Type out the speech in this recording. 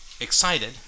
excited